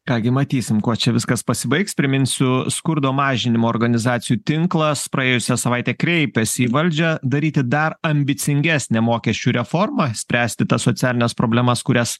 ką gi matysim kuo čia viskas pasibaigs priminsiu skurdo mažinimo organizacijų tinklas praėjusią savaitę kreipėsi į valdžią daryti dar ambicingesnę mokesčių reformą spręsti tas socialines problemas kurias